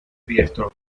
diestro